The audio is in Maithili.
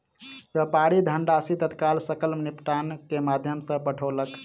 व्यापारी धनराशि तत्काल सकल निपटान के माध्यम सॅ पठौलक